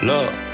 Love